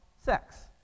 sex